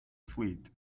fleet